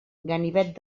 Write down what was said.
ganivet